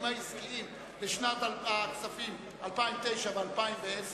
העסקיים לשנת הכספים 2009 ו-2010,